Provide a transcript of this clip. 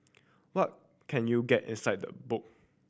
what can you get inside the book